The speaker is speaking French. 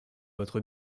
votre